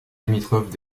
limitrophe